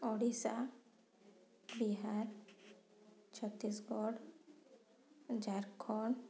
Odisha Bihar Chhattisgarh Jharkhand